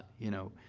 you know,